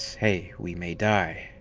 hey, we may die.